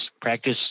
practice